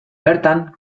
bertan